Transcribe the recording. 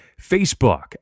Facebook